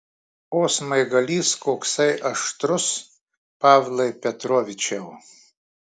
o smaigalys koksai aštrus pavlai petrovičiau